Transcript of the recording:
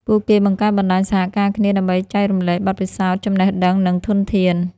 ពួកគេបង្កើតបណ្តាញសហការគ្នាដើម្បីចែករំលែកបទពិសោធន៍ ចំណេះដឹង និងធនធាន។